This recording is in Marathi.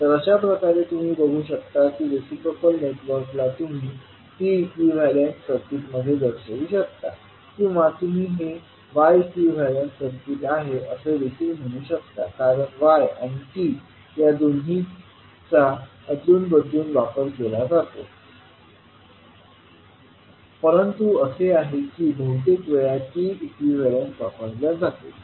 तर अशाप्रकारे तुम्ही बघू शकता की रिसिप्रोकल नेटवर्कला तुम्ही T इक्विवेलेंट सर्किटमध्ये दर्शवु शकता किंवा तुम्ही हे Y इक्विवेलेंट सर्किट आहे असे देखील म्हणू शकता कारण Y किंवा T या दोन्हीचा अदलून बदलून वापर केला जातो परंतु असे आहे की बहुतेक वेळा T इक्विवेलेंट वापरल्या जाते